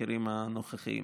במחירים הנוכחיים.